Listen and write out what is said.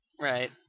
right